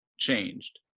changed